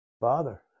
Father